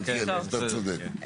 כן, כן, אתה צודק.